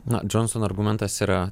na džonsono argumentas yra